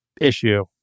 issue